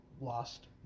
lost